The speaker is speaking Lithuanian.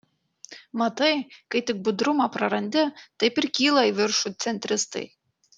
matai kai tik budrumą prarandi taip ir kyla į viršų centristai